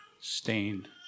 stained